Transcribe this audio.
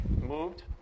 moved